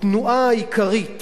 התנועה העיקרית